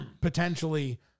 potentially –